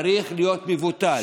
צריך להיות מבוטל.